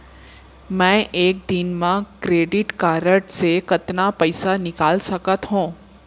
मैं एक दिन म क्रेडिट कारड से कतना पइसा निकाल सकत हो?